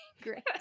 Great